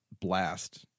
blast